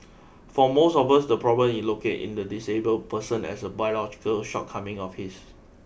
for most of us the problem is located in the disabled person as a biological shortcoming of his